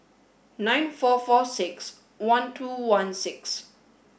nine four four six one two one six